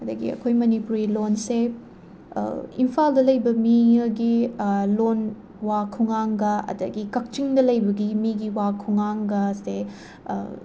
ꯑꯗꯒꯤ ꯑꯩꯈꯣꯏ ꯃꯅꯤꯄꯨꯔꯤ ꯂꯣꯟꯁꯦ ꯏꯝꯐꯥꯜꯗ ꯂꯩꯕ ꯃꯤ ꯑꯃꯒꯤ ꯂꯣꯟ ꯋꯥ ꯈꯨꯉꯥꯡꯒ ꯑꯗꯒꯤ ꯀꯛꯆꯤꯡꯗ ꯂꯩꯕꯒꯤ ꯃꯤꯒꯤ ꯋꯥ ꯈꯨꯉꯥꯡꯒꯁꯦ